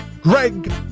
Greg